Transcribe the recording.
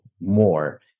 more